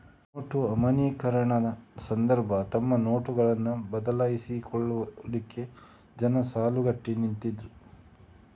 note ಅಮಾನ್ಯೀಕರಣ ಸಂದರ್ಭ ತಮ್ಮ ನೋಟುಗಳನ್ನ ಬದಲಾಯಿಸಿಕೊಳ್ಲಿಕ್ಕೆ ಜನ ಸಾಲುಗಟ್ಟಿ ನಿಂತಿದ್ರು